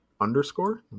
underscore